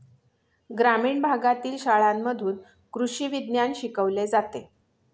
ग्रामीण भागातील शाळांमध्ये कृषी विज्ञान शिकवले जाते